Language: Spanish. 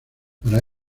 para